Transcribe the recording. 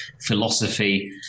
philosophy